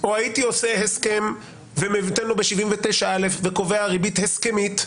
או הייתי עושה הסכם ונותן לו ב-79(א) וקובע ריבית הסכמית,